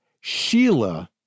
Sheila